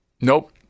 Nope